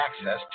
access